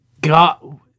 God